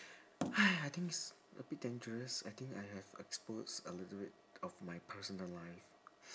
I think it's a bit dangerous I think I have exposed a little bit of my personal life